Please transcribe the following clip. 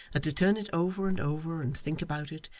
that to turn it over and over, and think about it,